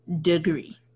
degree